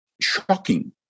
shocking